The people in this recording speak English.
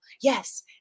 Yes